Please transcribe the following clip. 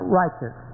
righteous